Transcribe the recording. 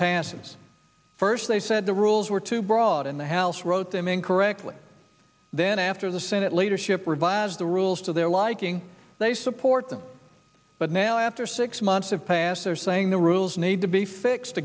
passes first they said the rules were too broad and the house wrote them incorrectly then after the senate leadership revised the rules to their liking they support them but now after six months have passed they're saying the rules need to be fixed